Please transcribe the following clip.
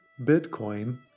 Bitcoin